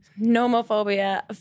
Nomophobia